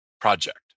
project